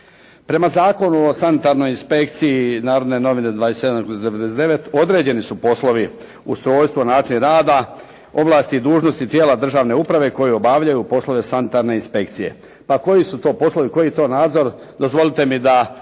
Prema Zakonu o sanitarnoj inspekciji “Narodne novine“ 27/99 određeni su poslovi ustrojstvo, način rada, ovlasti i dužnosti tijela državne uprave koji obavljaju poslove sanitarne inspekcije. Pa koji su to poslovi, koji je to nadzor dozvolite mi da